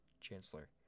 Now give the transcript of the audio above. Chancellor